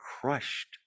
crushed